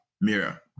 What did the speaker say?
Mira